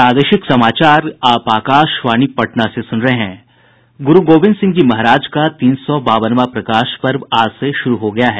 गुरू गोविंद सिंह जी महाराज का तीन सौ बावनवां प्रकाश पर्व आज से शुरू हो गया है